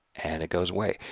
and it goes away.